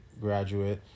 graduate